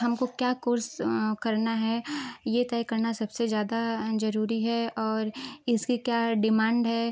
हमको क्या कोर्स करना है यह तय करना सबसे ज़्यादा ज़रूरी है और इसकी क्या डिमांड है